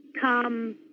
come